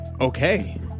Okay